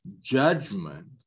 judgment